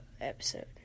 episode